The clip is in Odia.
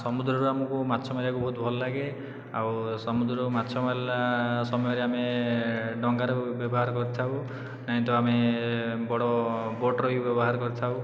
ସମୁଦ୍ରରୁ ଆମକୁ ମାଛ ମାରିବାକୁ ବହୁତ ଭଲଲାଗେ ଆଉ ସମୁଦ୍ରରୁ ମାଛ ମାରିଲା ସମୟରେ ଆମେ ଡଙ୍ଗାର ବ୍ୟବହାର କରିଥାଉ ନାହିଁ ତ ଆମେ ବଡ଼ ବୋଟ୍ର ବି ବ୍ୟବହାର କରିଥାଉ